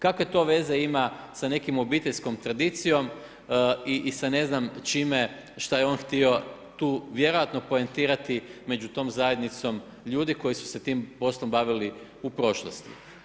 Kakve to veze ima sa nekom obiteljskom tradicijom i sa ne znam čime šta je on htio tu vjerojatno poentirati među tom zajednicom ljudi koji su se tim poslom bavili u prošlost.